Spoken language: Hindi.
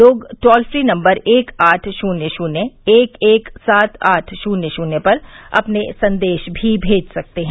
लोग टोल फ्री नम्बर एक आठ शून्य शून्य एक एक सात आठ शून्य शून्य पर अपने संदेश भी भेज सकते हैं